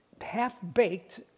half-baked